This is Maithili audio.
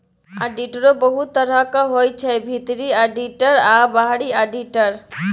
आडिटरो बहुत तरहक होइ छै भीतरी आडिटर आ बाहरी आडिटर